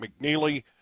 McNeely